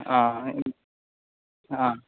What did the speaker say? ആ ആ